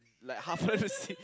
like halfway the seat